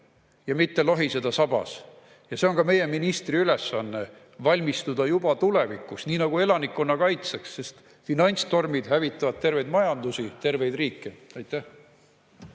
ja mitte lohiseda sabas. Ja see on ka meie ministri ülesanne: valmistuda juba tulevikuks nii, nagu elanikkonna kaitseks, sest finantstormid hävitavad terveid majandusi, terveid riike. Aitäh!